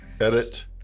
edit